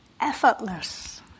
effortless